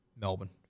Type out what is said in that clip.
Melbourne